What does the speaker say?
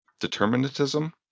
Determinism